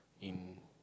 in